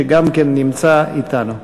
שגם כן נמצא אתנו.